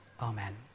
Amen